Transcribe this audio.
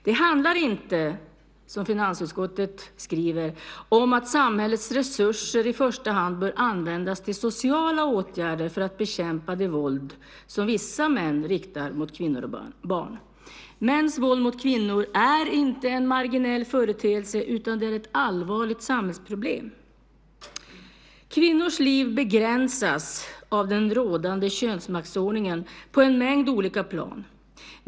Det handlar inte, som finansutskottet skriver, om att samhällets resurser i första hand bör användas till sociala åtgärder för att bekämpa det våld som vissa män riktar mot kvinnor och barn. Mäns våld mot kvinnor är inte en marginell företeelse, utan det är ett allvarligt samhällsproblem. Kvinnors liv begränsas av den rådande könsmaktsordningen på en mängd olika plan.